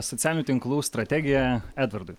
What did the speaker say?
socialinių tinklų strategija edvardui